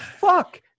fuck